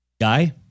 Guy